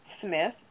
Smith